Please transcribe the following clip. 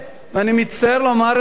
אני מצטער לומר את זה,